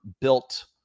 built